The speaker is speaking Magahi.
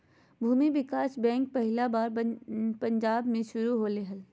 भूमि विकास बैंक पहला बार पंजाब मे शुरू होलय हल